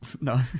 No